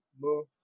move